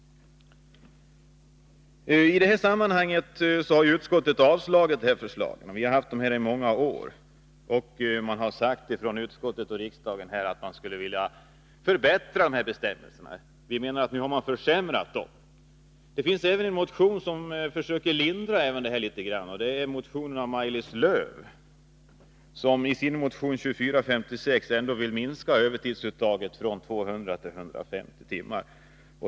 Utskottet har avstyrkt vårt förslag. Vi har fört fram det under många år. Riksdagen har uttalat att man vill förbättra bestämmelserna. Vi menar att man nu försämrar dem. I en motion av Maj-Lis Lööw m.fl. föreslås en minskning av övertidsuttaget från 200 till 150 timmar.